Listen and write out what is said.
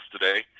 today